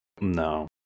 No